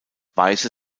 weiße